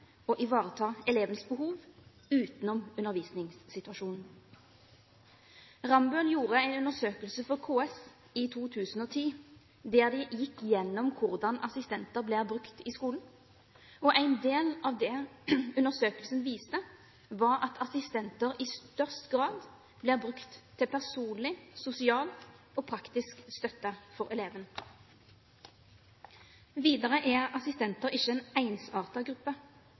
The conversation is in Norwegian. ivareta elevenes behov utenom undervisningssituasjonen. Rambøll gjorde en undersøkelse for KS i 2010, der de gikk gjennom hvordan assistenter blir brukt i skolen. En del av det undersøkelsen viste, var at assistenter i størst grad blir brukt til personlig, sosial og praktisk støtte for elevene. Videre er assistenter ikke en